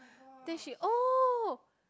then she oh